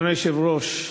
אדוני היושב-ראש,